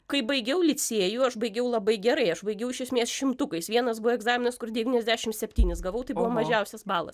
kai baigiau licėjų aš baigiau labai gerai aš baigiau iš esmės šimtukais vienas buvo egzaminas kur devyniasdešim septynis gavau tai buvo mažiausias balas